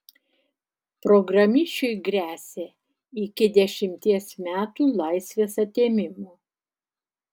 programišiui gresia iki dešimties metų laisvės atėmimo